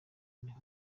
niho